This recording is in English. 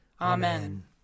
Amen